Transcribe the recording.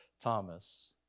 Thomas